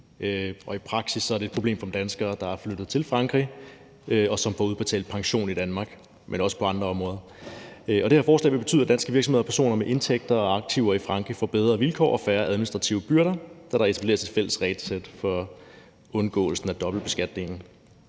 i praksis er det et problem for danskere, der er flyttet til Frankrig, og som får udbetalt pension i Danmark. Men også på andre områder er det et problem. Det her forslag vil betyde, at danske virksomheder og personer med indtægter og aktiver i Frankrig får bedre vilkår og færre administrative byrder, da der etableres et fælles regelsæt for undgåelse af dobbeltbeskatning.